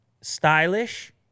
stylish